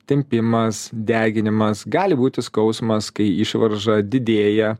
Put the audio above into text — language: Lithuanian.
tempimas deginimas gali būti skausmas kai išvarža didėja